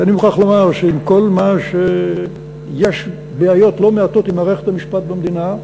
אני מוכרח לומר שעם כל מה שיש בעיות לא מעטות עם מערכת המשפט במדינה,